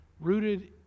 rooted